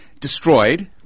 destroyed